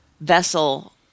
vessel